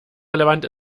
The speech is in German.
relevant